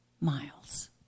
miles